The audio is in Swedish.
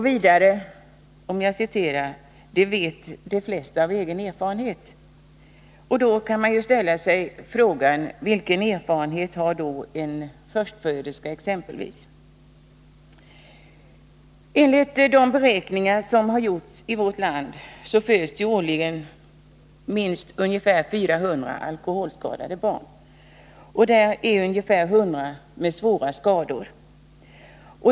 Vidare ställer jag med anledning av meningen ”Det vet de flesta av egen erfarenhet” frågan: Vilken erfarenhet har exempelvis en förstföderska? Enligt de beräkningar som har gjorts i vårt land föds det årligen minst 400 alkoholskadade barn, varav ungefär 100 med svåra skador.